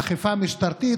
אכיפה משטרתית,